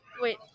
wait